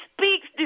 speaks